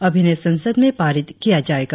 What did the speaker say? अब इन्हें संसद में पारित किया जायेगा